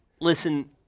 listen